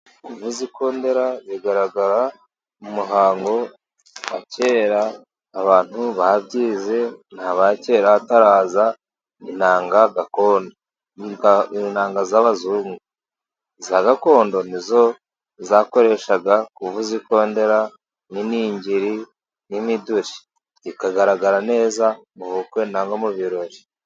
Kuvuza ikondera bigaragara mu muhango wa kera, abantu babyize ni aba kera ha ataraza inanga gakondo, intanga z'abazungu iza gakondo nizo zakoreshaga kuvuza ikondera n'iningiri, n'imiduri, zikagaragara neza mu bukwe na bwo mu birori.